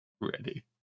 ready